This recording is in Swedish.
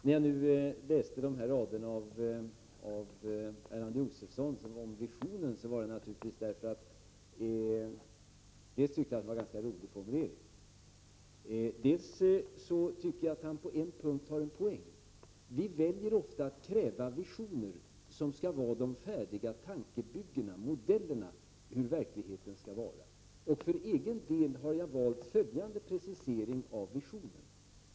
När jag läste Erland Josephsons rader om visioner, Ann-Cathrine Haglund, var det dels för att jag tyckte att det var en ganska rolig formulering, dels tyckte jag att han hade en poäng på en punkt. Vi väljer ofta att kräva visioner som skall vara de färdiga tankebyggena, modellerna för hur verkligheten skall vara. Jag har för egen del valt följande precisering av begreppet visioner.